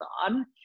on